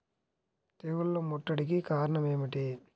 తెగుళ్ల ముట్టడికి కారణం ఏమిటి?